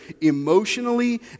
emotionally